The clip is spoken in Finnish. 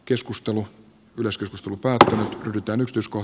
keskustelu ylös lupaa yrittänyt uskoo